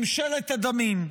ממשלת הדמים.